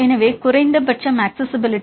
எனவே குறைந்தபட்சம் அக்சஸிஸிபிலிட்டி